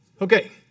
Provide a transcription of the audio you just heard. Okay